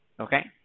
Okay